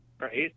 right